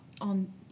on